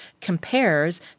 compares